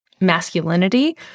masculinity